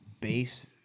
base